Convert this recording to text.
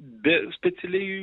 be specialiai